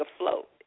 afloat